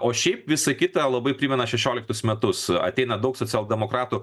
o šiaip visa kita labai primena šešioliktus metus ateina daug socialdemokratų